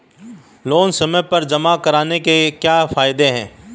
Loan समय पर जमा कराने के क्या फायदे हैं?